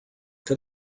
got